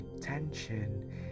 tension